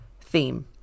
theme